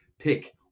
Pick